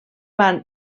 van